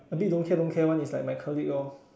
a bit don't care don't care [one] is like my colleague lor